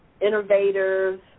innovators